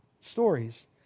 stories